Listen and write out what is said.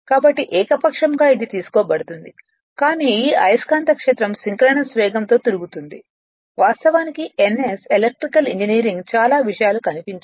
కాబట్టి ఏకపక్షంగా ఇది తీసుకోబడుతుంది కానీ ఈ అయస్కాంత క్షేత్రం సింక్రోనస్ వేగంతో తిరుగుతుంది వాస్తవానికి ns ఎలక్ట్రికల్ ఇంజనీరింగ్ చాలా విషయాలు కనిపించవు